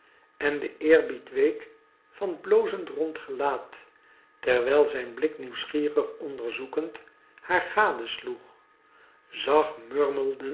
en de eerbied week van t blozend rond gelaat terwijl zijn blik nieuwsgierig onderzoekend haar gadesloeg zacht